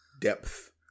depth